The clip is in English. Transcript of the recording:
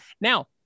Now